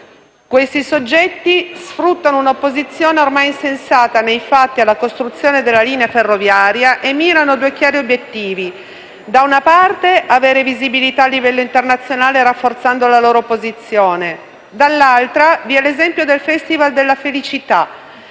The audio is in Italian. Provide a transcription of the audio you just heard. Questi soggetti sfruttano un'opposizione ormai insensata nei fatti alla costruzione della linea ferroviaria e mirano a due chiari obiettivi: da una parte, avere visibilità a livello internazionale rafforzando la loro posizione; dall'altra, vi è l'esempio del Festival della felicità,